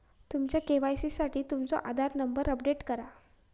तुमच्या के.वाई.सी साठी तुमचो आधार नंबर अपडेट करा